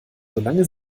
solange